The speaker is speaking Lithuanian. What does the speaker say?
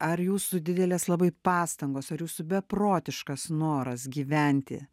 ar jūsų didelės labai pastangos ar jūsų beprotiškas noras gyventi